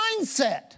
mindset